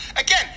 again